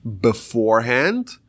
beforehand